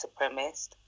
supremacist